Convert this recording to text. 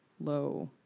low